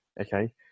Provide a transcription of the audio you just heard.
Okay